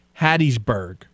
Hattiesburg